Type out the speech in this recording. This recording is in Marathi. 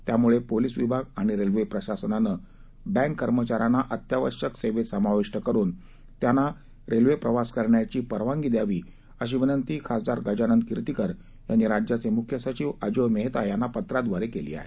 त्यामुळे पोलीस विभाग आणि रेल्वे प्रशासनाने बँक कर्मचाऱ्यांना अत्यावश्यक सेवेत समाविष्ट करून त्यांना प्रवास करण्याची परवानगी द्यावी अशी विनंती खासदार गजानन कीर्तिकर यांनी राज्याचे मुख्य सचिव अजोय मेहता यांना पत्राद्वारे केली आहे